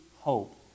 hope